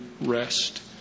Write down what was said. rest